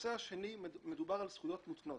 בנושא השני מדובר על זכויות מותנות,